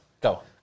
go